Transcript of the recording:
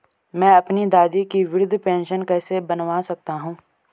मैं अपनी दादी की वृद्ध पेंशन कैसे बनवा सकता हूँ?